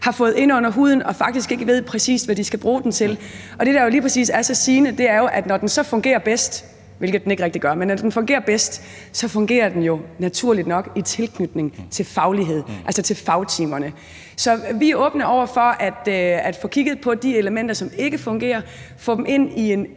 har fået ind under huden og faktisk ikke præcis ved hvad de skal bruge til. Og det, der lige præcis er så sigende, er jo, at når den fungerer bedst – hvilket den ikke rigtig gør – fungerer den naturligt nok i tilknytning til faglighed, altså til fagtimerne. Så vi er åbne over for at få kigget på de elementer, som ikke fungerer, og få dem ind i en